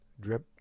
drip